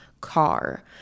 car